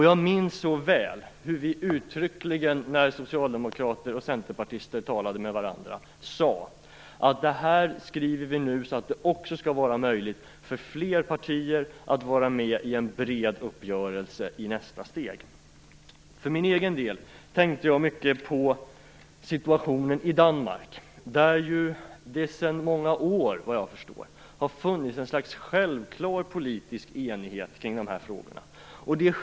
Jag minns så väl hur socialdemokrater och centerpartister uttryckligen sade till varandra att vi nu skulle skriva det här så att det också blev möjligt för fler partier att vara med i en bred uppgörelse i nästa steg. För egen del tänkte jag mycket på situationen i Danmark, där det sedan många år, såvitt jag förstår, har funnit ett slags självklar politisk enighet kring de här frågorna.